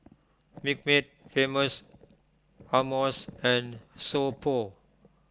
Milkmaid Famous Amos and So Pho